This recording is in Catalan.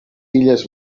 illes